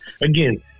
again